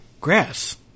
grass